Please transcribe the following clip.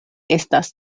estas